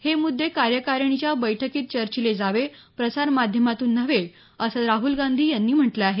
हे मुद्दे कार्यकारिणीच्या बैठकीत चर्चिले जावे प्रसारमाध्यमामधून नव्हे अस राहुल गांधी यांनी म्हटलं आहे